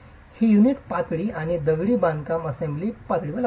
हे युनिट पातळी आणि दगडी बांधकाम असेंब्लीच्या पातळीवर लक्षात ठेवा